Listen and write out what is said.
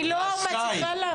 אני לא מצליחה להבין.